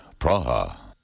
Praha